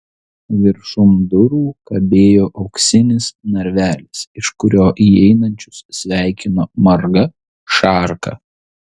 viršum durų kabėjo auksinis narvelis iš kurio įeinančius sveikino marga šarka